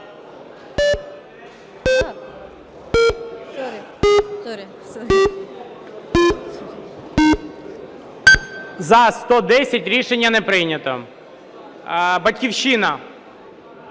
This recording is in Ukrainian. За-110 Рішення не прийнято. "Батьківщина",